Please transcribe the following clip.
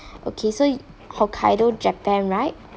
okay so hokkaido japan right